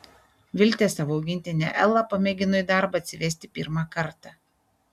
viltė savo augintinę elą pamėgino į darbą atsivesti pirmą kartą